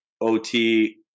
OT